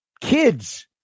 kids